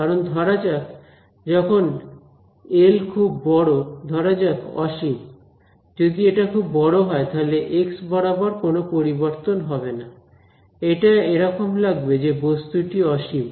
কারণ ধরা যাক যখন এল খুব বড় ধরা যাক অসীম যদি এটা খুব বড় হয় তাহলে এক্স বরাবর কোন পরিবর্তন হবে না এটা এরকম লাগবে যে বস্তুটি অসীম